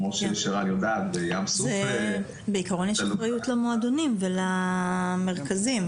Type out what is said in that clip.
בעיקרון יש --- למועדונים ולמרכזים.